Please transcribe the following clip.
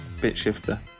BitShifter